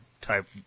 type